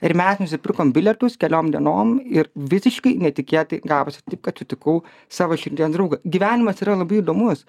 ir mes nusipirkom bilietus keliom dienom ir visiškai netikėtai gavosi taip kad sutikau savo širdies draugą gyvenimas yra labai įdomus